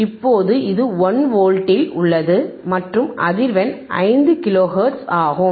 இப்போது இது 1 வோல்ட்டில் உள்ளது மற்றும் அதிர்வெண் 5 கிலோ ஹெர்ட்ஸ் ஆகும்